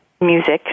music